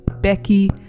Becky